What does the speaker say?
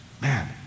man